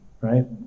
right